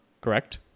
correct